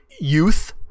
youth